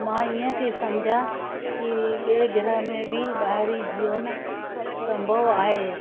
मां ईअं थी सम्झा की ॿिए गृह में बि ॿाहिरी जीवन संभव आहे